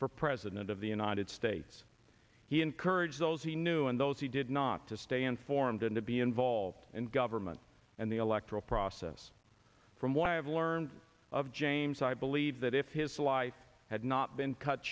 for president of the united states he encouraged those he knew and those he did not to stay informed and to be involved and government and the electoral process from what i have learned of james i believe that if his life had not been cut